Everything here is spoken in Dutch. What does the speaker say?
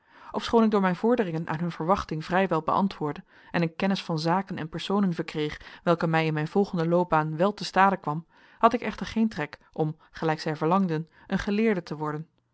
ofschoon ik door mijn vorderingen aan hun verwachting vrij wel beantwoordde en een kennis van zaken en personen verkreeg welke mij in mijn volgende loopbaan wel te stade kwam had ik echter geen trek om gelijk zij verlangden een geleerde te worden